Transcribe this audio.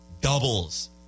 doubles